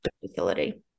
facility